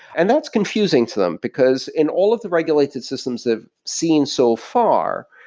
and that's confusing to them, because in all of the regulated systems that i've seen so far,